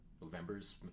November's